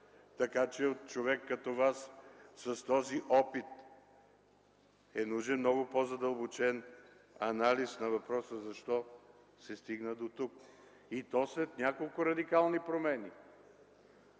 Така че от човек като Вас с този опит е нужен много по-задълбочен анализ на въпроса защо се стигна дотук, и то след няколко радикални промени.